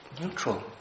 Neutral